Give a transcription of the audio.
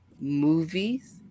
movies